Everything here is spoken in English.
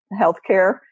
healthcare